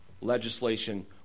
legislation